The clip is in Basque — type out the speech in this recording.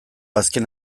azken